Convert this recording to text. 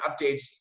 updates